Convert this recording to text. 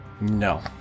No